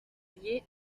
lié